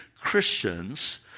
Christians